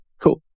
Cool